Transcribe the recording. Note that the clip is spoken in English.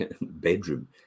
bedroom